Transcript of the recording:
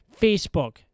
Facebook